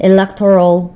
Electoral